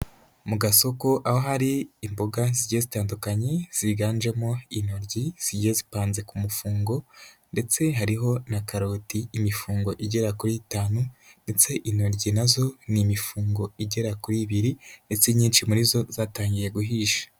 Mu gasoko, aho hari imboga zigiye zitandukanye ziganjemo intoryi zigiye zipanze ku mufungo, ndetse hariho na karoti imifungo igera kuri itanu, ndetse intoryi na zo ni imifungo igera kuri ibiri, ndetse inyinshi muri zo zatangiye guhisha.